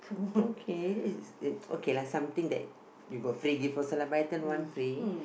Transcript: okay okay lah something that you got free gift also lah buy ten one free